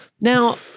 Now